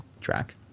track